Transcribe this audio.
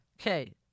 Okay